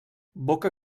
boca